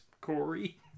Corey